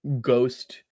Ghost